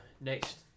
next